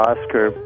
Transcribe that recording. Oscar